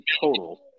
total